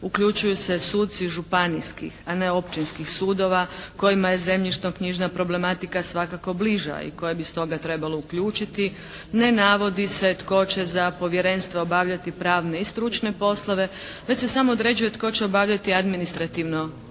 uključuju se suci županijskih a ne općinskih sudova kojima je zemljišno-knjižna problematika svakako bliža i koja bi stoga trebala uključiti ne navodi se tko će za povjerenstvo obavljati pravne i stručne poslove već se samo određuje tko će obavljati administrativno-tehničke